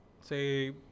Say